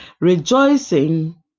rejoicing